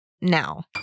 now